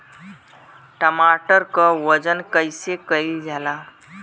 टमाटर क वजन कईसे कईल जाला?